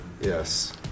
Yes